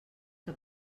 què